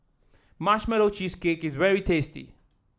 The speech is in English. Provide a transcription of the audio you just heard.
Marshmallow Cheesecake is very tasty